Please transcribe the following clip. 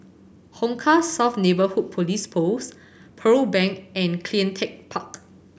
Hong Kah South Neighbourhood Police Post Pearl Bank and Cleantech Park